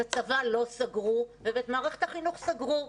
את הצבא לא סגרו ואת מערכת החינוך סגרו.